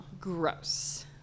gross